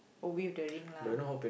oh with the ring lah